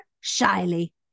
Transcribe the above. shyly